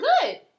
good